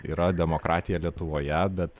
yra demokratija lietuvoje bet